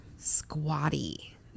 Squatty